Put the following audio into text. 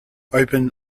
open